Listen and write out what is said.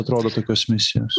atrodo tokios misijos